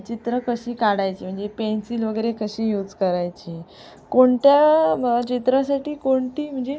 चित्रं कशी काढायची म्हणजे पेन्सिल वगैरे कशी यूज करायची कोणत्या ब चित्रासाठी कोणती म्हणजे